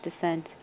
descent